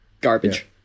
garbage